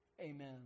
amen